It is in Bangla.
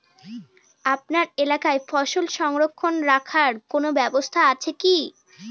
আপনার এলাকায় ফসল সংরক্ষণ রাখার কোন ব্যাবস্থা আছে কি?